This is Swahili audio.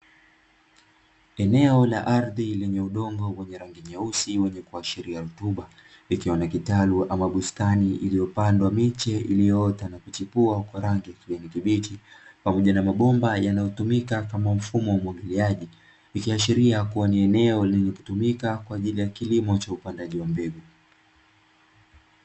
Eneo la ardhi lenye udongo wenye rangi nyeusi wenye kuashiria rutuba, ikiwa na kitalu ama bustani iliyopandwa miche iliyoota na kuchipua kwa rangi ya kijani kibichi pamoja na mabomba yanayotumika kama mfumo wa umwagiliaji ikiashiria kuwa ni eneo lenye kutumika kwa ajili ya kilimo cha upandaji wa mbegu.